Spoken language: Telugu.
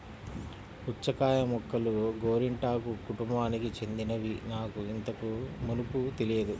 పుచ్చకాయ మొక్కలు గోరింటాకు కుటుంబానికి చెందినవని నాకు ఇంతకు మునుపు తెలియదు